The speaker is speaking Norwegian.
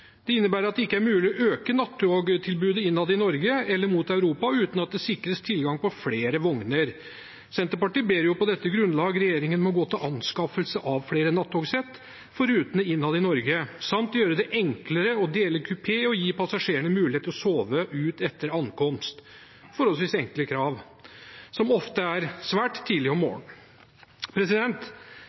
Det innebærer at det ikke er mulig å øke nattogtilbudet innad i Norge eller mot Europa uten at det sikres tilgang på flere vogner. Senterpartiet ber på dette grunnlaget regjeringen om å gå til anskaffelse av flere nattogsett for rutene innad i Norge, samt gjøre det enklere å dele kupé og gi passasjerene mulighet til å sove ut etter ankomst, som ofte er svært tidlig om